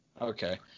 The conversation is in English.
Okay